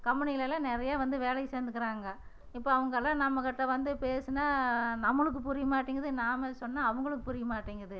கம்பெனிகளெல்லாம் நிறைய வந்து வேலைக்கு சேர்ந்துக்குறாங்க இப்போ அவங்கல்லாம் நம்மகிட்ட வந்து பேசினா நம்மளுக்கு புரியமாட்டேங்கிது நாம் சொன்னால் அவங்களுக்கு புரியமாட்டேங்குது